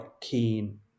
keen